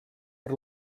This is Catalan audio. per